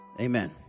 Amen